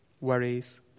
worries